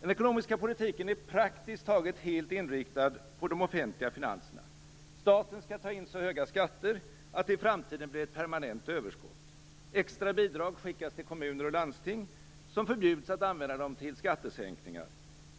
Den ekonomiska politiken är praktiskt taget helt inriktad på de offentliga finanserna. Staten skall ta in så höga skatter att det i framtiden blir ett permanent överskott. Extra bidrag skickas till kommuner och landsting, som förbjuds att använda dem till skattesänkningar.